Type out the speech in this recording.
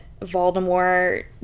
voldemort